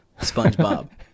spongebob